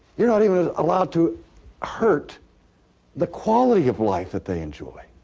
you're not even ah allowed to hurt the quality of life that they enjoy.